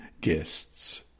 guests